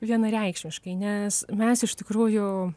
vienareikšmiškai nes mes iš tikrųjų